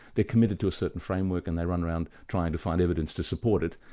they're committed to a certain framework, and they run around trying to find evidence to support it.